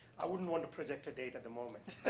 i wouldn't want to project a date at the moment.